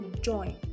join